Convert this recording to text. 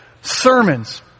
sermons